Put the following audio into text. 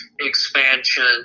expansion